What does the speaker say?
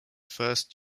first